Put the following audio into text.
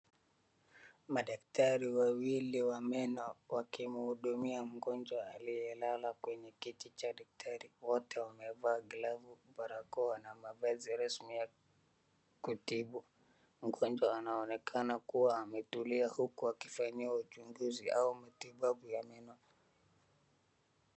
Madaktari wawili wa meno wakimhudumia mgonjwa aliyelala kwenye kiti cha daktari. wote wamevaa glavu, barakoa na mavazi rasmi ya kutibu. Mgonjwa anaonekana kuwa ametulia huku akifanyiwa uchunguzi au matibabu ya meno.